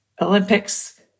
Olympics